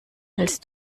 hältst